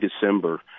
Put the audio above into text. december